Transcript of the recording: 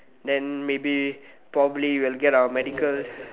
then maybe probably will get our medical